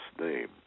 name